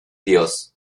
dios